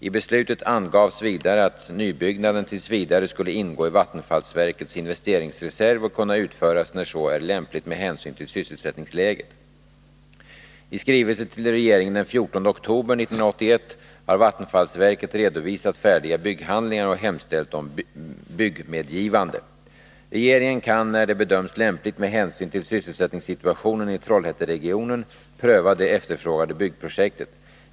I beslutet angavs vidare att nybyggnaden t. v. skulle ingå i vattenfallsverkets investeringsreserv och kunna utföras när så är lämpligt med hänsyn till sysselsättningsläget. I skrivelse till regeringen den 14 oktober 1981 har vattenfallsverket redovisat färdiga bygghandlingar och hemställt om byggmedgivande. Regeringen kan, när det bedöms lämpligt med hänsyn till sysselsättningssituationen i Trollhätteregionen, pröva det efterfrågade byggprojektet.